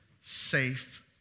safe